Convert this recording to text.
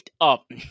up